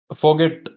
forget